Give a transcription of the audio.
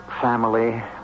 family